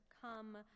come